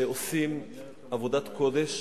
שעושים עבודת קודש